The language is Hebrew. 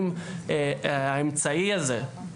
למעשה אלה שלושה ישובים מי עמי, קציר ומצפה